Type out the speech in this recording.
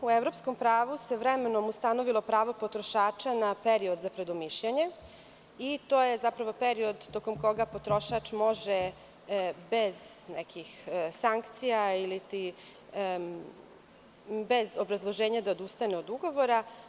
U evropskom pravu se vremenom ustanovilo pravo potrošača na period za predomišljanje i to je zapravo period tokom koga potrošač može bez nekih sankcija ili bez obrazloženja da odustane od ugovora.